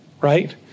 Right